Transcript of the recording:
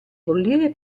bollire